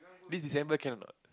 this December can a not